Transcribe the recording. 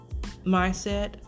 mindset